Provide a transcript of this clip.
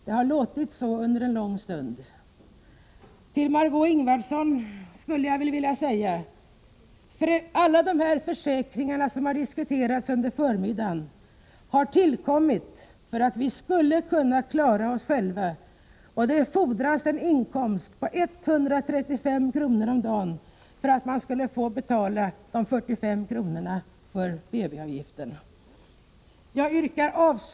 Så har det låtit under en lång stund. Till Marg6é Ingvardsson skulle jag vilja säga: Alla de försäkringar som har diskuterats under förmiddagen har tillkommit för att vi skulle kunna klara oss själva. Det fordras en sjukpenning på 135 kr. om dagen för att man skall få 45 kr. i avdrag för BB-avgiften. Herr talman!